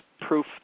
proof